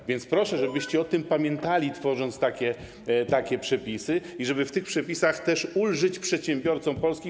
A więc proszę, żebyście o tym pamiętali, tworząc takie przepisy, i żeby w tych przepisach też ulżyć przedsiębiorcom polskim.